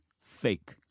fake